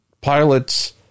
pilots